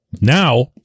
Now